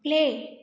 play